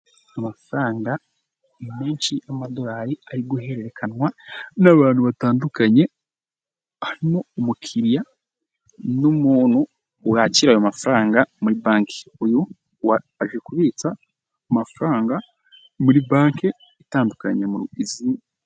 Amafaranga ni menshi yamadorari ari guhererekanwa n'abantu batandukanye, harimo umukiriya n'umuntu wakira ayo mafaranga muri banki. Uyu wa aje kubitsa amafaranga muri banki itandukanye mu iz.